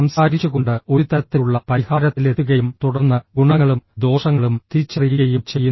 സംസാരിച്ചുകൊണ്ട് ഒരു തരത്തിലുള്ള പരിഹാരത്തിലെത്തുകയും തുടർന്ന് ഗുണങ്ങളും ദോഷങ്ങളും തിരിച്ചറിയുകയും ചെയ്യുന്നു